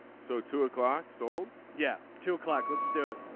so two o'clock. sold. yeah. two o'clock. let's do it.